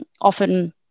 often